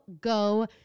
go